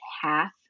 half